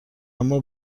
اما